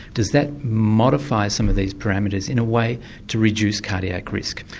does that modify some of these parameters in a way to reduce cardiac risk?